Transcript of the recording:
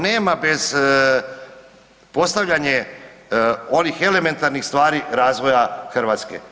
Nema bez postavljanja onih elementarnih stvari razvoja Hrvatske.